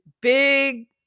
big